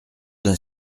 d’un